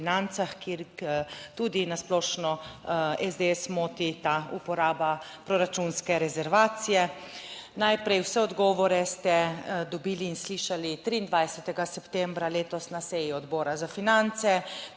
financah, kjer tudi na splošno SDS moti ta uporaba proračunske rezervacije. Najprej, vse odgovore ste dobili in slišali 23. septembra letos na seji Odbora za finance,